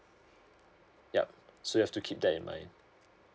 yup so you have to keep that in mind